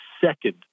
second